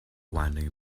winding